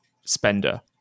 spender